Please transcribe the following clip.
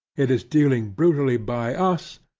it is dealing brutally by us,